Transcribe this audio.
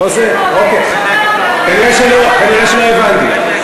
נראה שלא הבנתי.